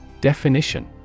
Definition